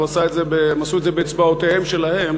הם עשו את זה באצבעותיהם שלהם,